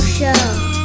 Show